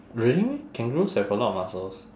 really meh kangaroos have a lot of muscles